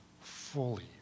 fully